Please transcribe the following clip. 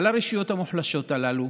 על הרשויות המוחלשות הללו,